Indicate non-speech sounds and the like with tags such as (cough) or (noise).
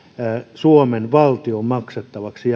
suomen valtion maksettavaksi (unintelligible)